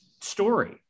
story